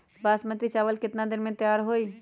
बासमती चावल केतना दिन में तयार होई?